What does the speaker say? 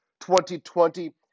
2020